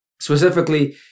specifically